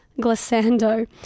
Glissando